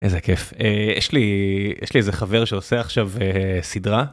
איזה כיף יש לי, יש לי איזה חבר שעושה עכשיו סדרה.